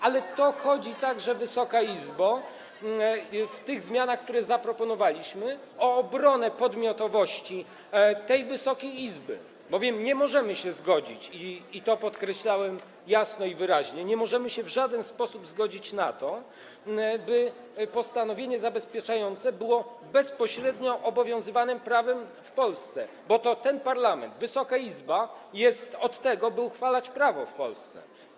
Ale, Wysoka Izbo, w tych zmianach, które zaproponowaliśmy, chodzi także o obronę podmiotowości tej Wysokiej Izby, bowiem nie możemy się zgodzić - i to podkreślałem jasno i wyraźnie - nie możemy się w żaden sposób zgodzić na to, by postanowienie zabezpieczające było bezpośrednio obowiązującym prawem w Polsce, bo to ten parlament, Wysoka Izba, jest od tego, by uchwalać prawo w Polsce.